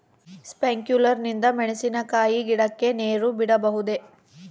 Sprinkler ನಿಂದ ಮೆಣಸಿನಕಾಯಿ ಗಿಡಕ್ಕೆ ನೇರು ಬಿಡಬಹುದೆ?